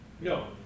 No